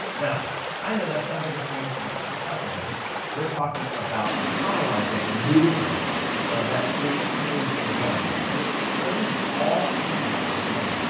now i know that sounds like a strange answer to the question because we're talking about catalyzing movements that create change in governments and it doesn't all come down to money.